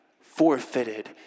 forfeited